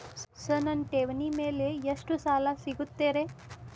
Sir ನನ್ನ ಠೇವಣಿ ಮೇಲೆ ಎಷ್ಟು ಸಾಲ ಸಿಗುತ್ತೆ ರೇ?